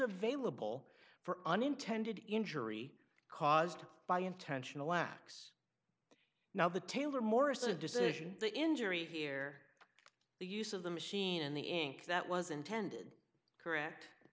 available for unintended injury caused by intentional acts now the tailor morris a decision the injury here the use of the machine and the ink that was intended correct